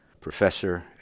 professor